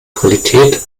qualität